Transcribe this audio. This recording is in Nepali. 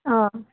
अँ